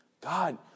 God